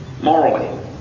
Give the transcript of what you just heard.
morally